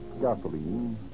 gasoline